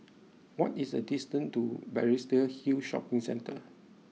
what is the distance to Balestier Hill Shopping Centre